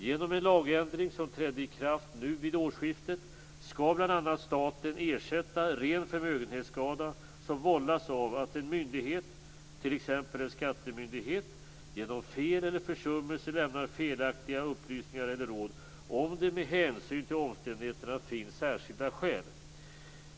Genom en lagändring som trädde i kraft nu vid årsskiftet skall bl.a. staten ersätta ren förmögenhetsskada som vållas av att en myndighet, t.ex. en skattemyndighet, genom fel eller försummelse lämnar felaktiga upplysningar eller råd, om det med hänsyn till omständigheterna finns särskilda skäl.